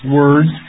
words